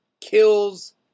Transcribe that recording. kills